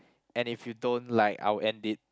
and if you don't like I will end it